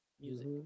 music